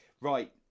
Right